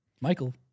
Michael